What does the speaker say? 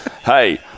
Hey